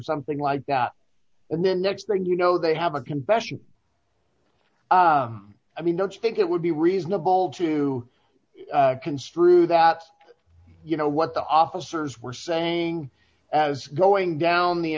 something like that and then next thing you know they have a convention i mean don't you think it would be reasonable to construe that you know what the officers were saying as knowing down the